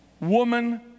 woman